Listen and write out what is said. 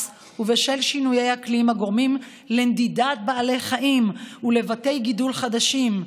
ובשל שינויי אקלים הגורמים לנדידת בעלי חיים לבתי גידול חדשים,